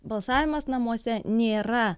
balsavimas namuose nėra